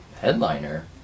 headliner